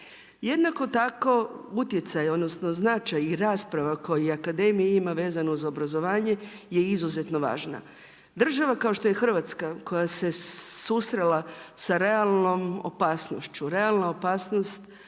Jednako tako, utjecaj odnosno značaj i rasprava koja akademija imamo vezano uz obrazovanje, je izuzetno važna. Država kao što je Hrvatska koja se susrela sa realnim opasnošću. Realna opasnost